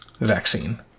vaccine